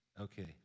Okay